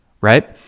right